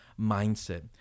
mindset